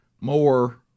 more